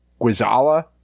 Guizala